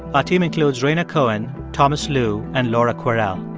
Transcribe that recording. our team includes rhaina cohen, thomas lu and laura kwerel.